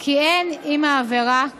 כי אין עם העבירה קלון.